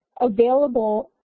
available